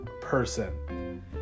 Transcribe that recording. person